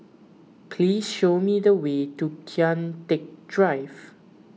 please show me the way to Kian Teck Drive